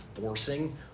forcing